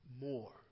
more